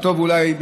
וטוב אולי,